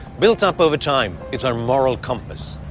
built up over time, it's our moral compass.